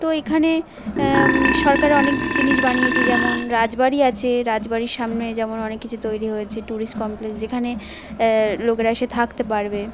তো এইখানে সরকার অনেক জিনিস বানিয়েছে যেমন রাজবাড়ি আছে রাজবাড়ির সামনে যেমন অনেক কিছু তৈরি হয়েছে ট্যুরিস্ট কমপ্লেক্স যেখানে লোকেরা এসে থাকতে পারবে